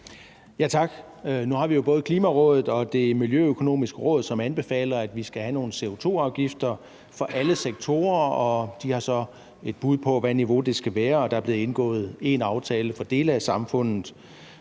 Tak. Nu har vi jo både Klimarådet og Det Miljøøkonomiske Råd, som anbefaler, at vi skal have nogle CO2-afgifter for alle sektorer, og de har så et bud på, hvilket niveau det skal være, og der er blevet indgået én aftale for dele af samfundet.